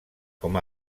com